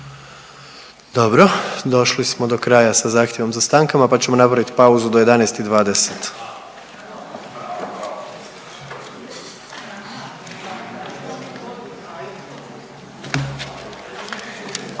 Dobro. Došli smo do kraja sa zahtjevom sa stankama, pa ćemo napraviti pauzu do 11,20.